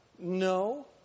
No